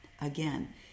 Again